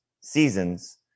seasons